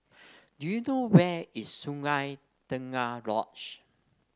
do you know where is Sungei Tengah Lodge